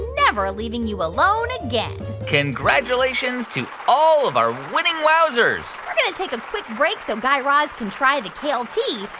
never leaving you alone again congratulations to all of our winning wowzers we're going to take a quick break so guy raz can try the kale tea.